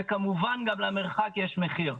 וכמובן גם למרחק יש מחיר.